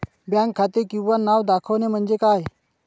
Bank खाते किंवा नाव दाखवते म्हणजे काय?